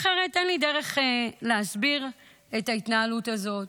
אחרת אין לי דרך להסביר את ההתנהלות הזאת,